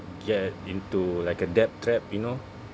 get into like a debt trap you know